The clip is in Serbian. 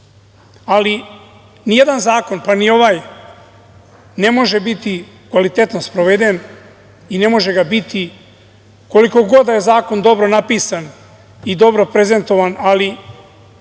ali nijedan zakon, pa ni ovaj ne može biti kvalitetno sproveden i ne može ga biti koliko god da je zakon dobro napisan i dobro prezentovan, i